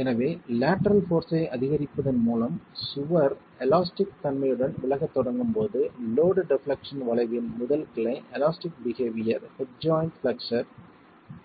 எனவே லேட்டரல் போர்ஸ்ஸை அதிகரிப்பதன் மூலம் சுவர் எலாஸ்டிக் தன்மையுடன் விலகத் தொடங்கும் போது லோட் டெப்லெக்சன் வளைவின் முதல் கிளை elastic behaviour head joint flexure